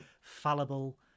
fallible